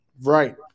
Right